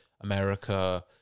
America